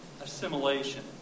assimilation